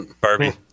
Barbie